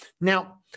Now